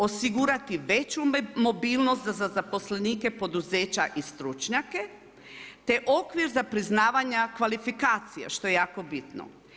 Osigurati veću mobilnost za zaposlenike poduzeća i stručnjake, te okvir za priznavanja kvalifikacija što je jako bitno.